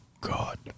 god